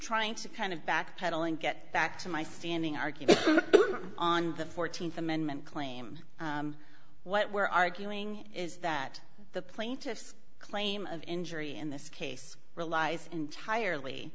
trying to kind of backpedaling get back to my standing argument on the th amendment claim what we're arguing is that the plaintiffs claim of injury in this case relies entirely